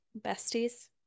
besties